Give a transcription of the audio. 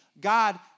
God